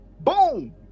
Boom